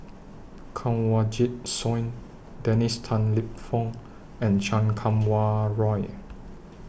Kanwaljit Soin Dennis Tan Lip Fong and Chan Kum Wah Roy